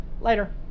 Later